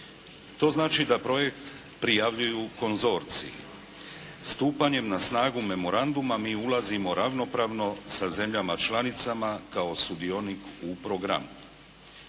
To znači da projekt prijavljuju konzorciji. Stupanjem na snagu memoranduma mi ulazimo ravnopravno sa zemljama članicama kao sudionik u programu.